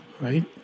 right